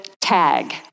tag